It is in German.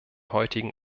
heutigen